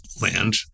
land